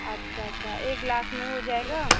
अच्छा अच्छा एक लाख में हो जाएगा